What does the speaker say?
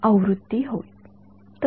आवृत्ती होय